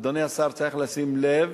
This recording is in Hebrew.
אדוני השר, צריך לשים לב